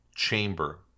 Chamber